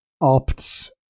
opt